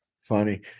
funny